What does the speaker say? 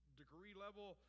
degree-level